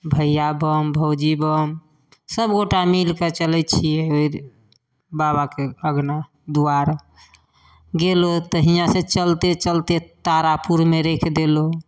भैया बम भौजी बम सब गोटा मीलिकऽ चलै छियै ओहिदिन बाबाके अङ्गना द्वारि गेलहुॅं तऽ हीयाँ से चलते चलते तारापुरमे राखि देलहुॅं